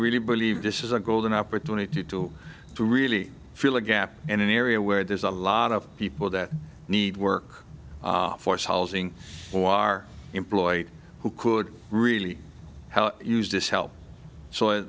really believe this is a golden opportunity to really fill a gap in an area where there's a lot of people that need work force housing who are employed who could really use this help so